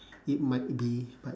it might be but